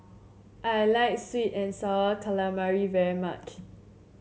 I like sweet and sour calamari very much